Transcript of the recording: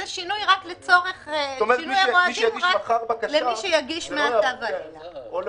זה שינוי המועדים רק למי שיגיש מעכשיו ואילך.